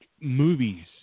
movies